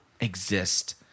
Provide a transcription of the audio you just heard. exist